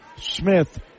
Smith